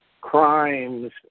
crimes